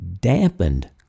dampened